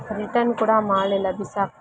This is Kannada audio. ರಿಟನ್ ಕೂಡ ಮಾಡಿಲ್ಲ ಬಿಸಾಕಿಬಿಟ್ಟೆ